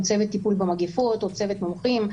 עם צוות טיפול במגפות או צוות מומחים,